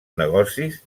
negocis